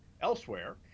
Elsewhere